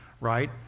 right